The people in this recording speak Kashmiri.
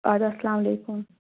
اَدٕ حظ اَسلام علیکُم